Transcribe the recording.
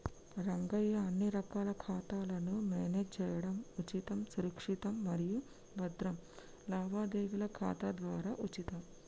రంగయ్య అన్ని రకాల ఖాతాలను మేనేజ్ చేయడం ఉచితం సురక్షితం మరియు భద్రం లావాదేవీల ఖాతా ద్వారా ఉచితం